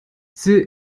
sie